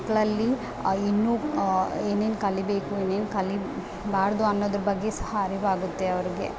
ಮಕ್ಕಳಲ್ಲಿ ಇನ್ನೂ ಏನೇನು ಕಲಿಯಬೇಕು ಏನೇನು ಕಲಿಬಾರದು ಅನ್ನೋದ್ರ ಬಗ್ಗೆ ಸಹ ಅರಿವಾಗುತ್ತೆ ಅವರಿಗೆ